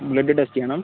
blood test ചെയ്യണം